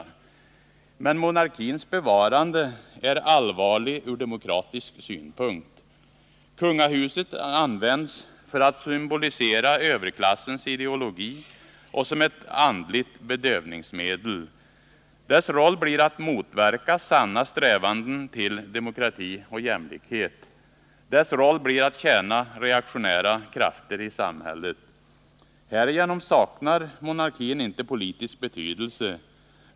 Men monarkins bevarande är allvarligt ur demokratisk synpunkt. Kungahusets bevarande används för att symbolisera överklassens ideologi och som ett andligt bedövningsmedel. Dess roll blir att motverka sanna strävanden till demokrati och jämlikhet. Dess roll blir att tjäna reaktionära krafter i samhället. Härigenom saknar monarkin inte politisk betydelse.